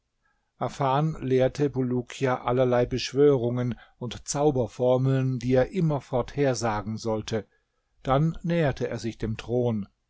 afan lehrte bulukia allerlei beschwörungen und zauberformeln die er immerfort hersagen sollte dann näherte er sich dem thron